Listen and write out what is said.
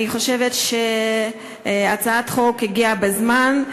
אני חושבת שהצעת החוק הגיעה בזמן,